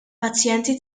pazjenti